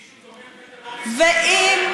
ואם,